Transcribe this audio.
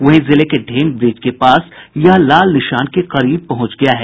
वहीं जिले के ढेंग ब्रिज के पास यह लाल निशान के करीब पहुंच गया है